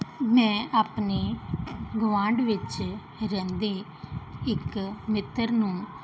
ਮੈਂ ਆਪਣੇ ਗੁਆਂਢ ਵਿੱਚ ਰਹਿੰਦੇ ਇੱਕ ਮਿੱਤਰ ਨੂੰ